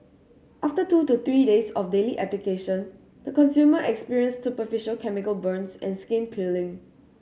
after two to three days of daily application the consumer experienced superficial chemical burns and skin peeling